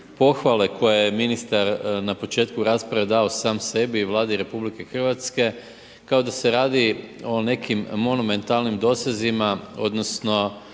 pohvale koje je ministar na početku rasprave dao sam sebi i Vladi RH kao da se radi o nekim monumentalnim dosezima, odnosno